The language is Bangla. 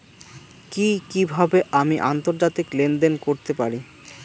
কি কিভাবে আমি আন্তর্জাতিক লেনদেন করতে পারি?